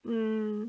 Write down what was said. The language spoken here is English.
mm